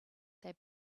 they